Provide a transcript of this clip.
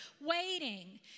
waiting